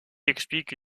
explique